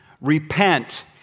Repent